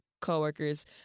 coworkers